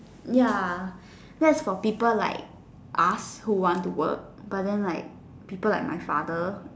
ya that's for people lie us who want to work but then like people like my father